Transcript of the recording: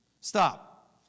Stop